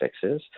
fixes